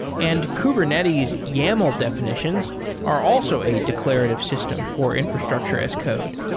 and kubernetes yaml defi nitions are also a declarative system for infrastructure as code.